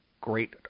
Great